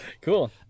Cool